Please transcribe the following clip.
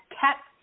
kept